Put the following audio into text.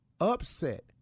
upset